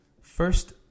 first